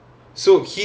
oh okay